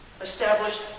established